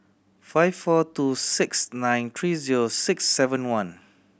five four two six nine three zero six seven one